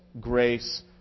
grace